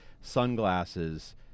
sunglasses